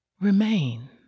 remain